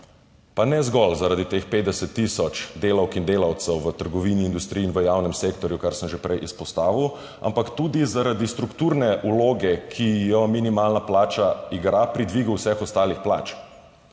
Pa ne zgolj zaradi teh 50 tisoč delavk in delavcev v trgovini, industriji in v javnem sektorju, kar sem že prej izpostavil, ampak tudi zaradi strukturne vloge, ki jo minimalna plača igra pri dvigu vseh ostalih plač.